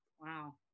Wow